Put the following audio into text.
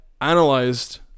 analyzed